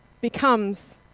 becomes